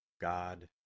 God